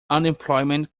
unemployment